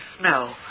snow